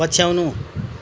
पछ्याउनु